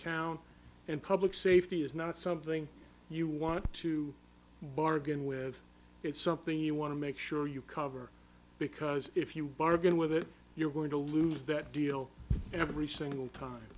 town and public safety is not something you want to bargain with it's something you want to make sure you cover because if you bargain with it you're going to lose that deal every single time